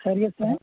خیریت سے ہیں